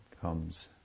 comes